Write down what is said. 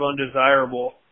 undesirable